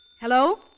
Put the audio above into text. Hello